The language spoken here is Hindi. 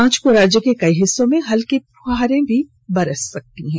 पांच को राज्य के कई हिस्सों में हल्की फुहारे भी बरस सकती हैं